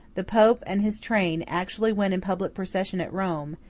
the pope and his train actually went in public procession at rome,